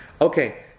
Okay